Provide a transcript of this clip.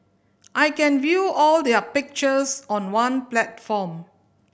I can view all their pictures on one platform